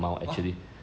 !huh!